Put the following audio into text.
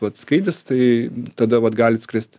vat skrydis tai tada vat galit skrist